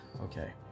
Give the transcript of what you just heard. Okay